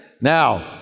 Now